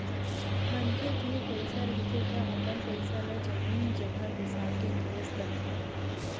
मनखे तीर पइसा रहिथे त अपन पइसा ल जमीन जघा बिसा के निवेस करथे